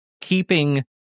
keeping